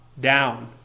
down